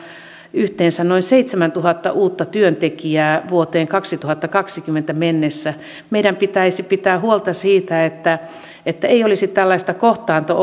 yhteensä noin seitsemäntuhatta uutta työntekijää vuoteen kaksituhattakaksikymmentä mennessä meidän pitäisi pitää huolta siitä että että ei olisi tällaista kohtaanto